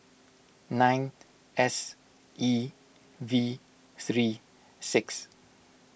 nine S E V three six